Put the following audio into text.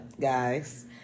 guys